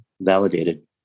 validated